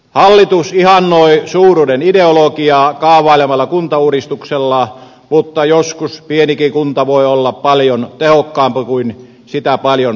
hallitus ihannoi suuruuden ideologiaa kaavailemallaan kuntauudistuksella mutta joskus pienikin kunta voi olla paljon tehokkaampi kuin sitä paljon isompi kunta